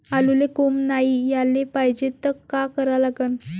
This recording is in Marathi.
आलूले कोंब नाई याले पायजे त का करा लागन?